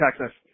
Texas